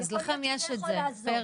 זה יכול גם לעזור כאן.